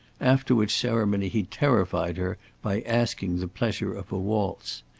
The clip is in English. after which ceremony he terrified her by asking the pleasure of a waltz.